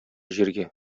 җиргә